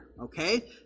okay